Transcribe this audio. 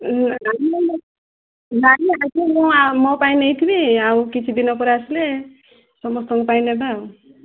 ନାଇଁ ମ ନାଇଁ ମ ଆଜି ମୁଁ ମୋ ପାଇଁ ନେଇଥିବି ଆଉ କିଛି ଦିନ ପରେ ଆସିଲେ ସମସ୍ତଙ୍କ ପାଇଁ ନେବା ଆଉ